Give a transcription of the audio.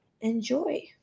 Enjoy